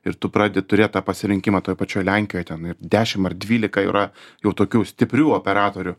ir tu pradedi turėt pasirinkimą toj pačioj lenkijoj ten ir dešim ar dvylika yra jau tokių stiprių operatorių